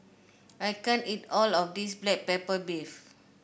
I can't eat all of this Black Pepper Beef